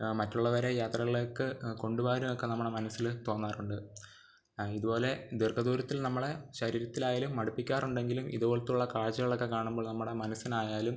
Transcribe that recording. മറ്റുള്ളവരെ യാത്രകളിലേക്ക് കൊണ്ടു പോകാനും ഒക്കെ നമ്മളുടെ മനസ്സിൽ തോന്നാറുണ്ട് ഇതു പോലെ ദീർഘദൂരത്തിൽ നമ്മളുടെ ശരീരത്തിലായാലും മടുപ്പിക്കാറുണ്ടെങ്കിലും ഇതു പോലത്തുള്ള കാഴ്ചകളൊക്കെ കാണുമ്പോൾ നമ്മുടെ മനസ്സിനായാലും